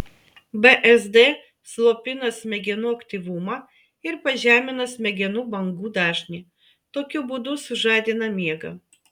bzd slopina smegenų aktyvumą ir pažemina smegenų bangų dažnį tokiu būdu sužadina miegą